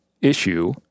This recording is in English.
issue